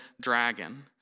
dragon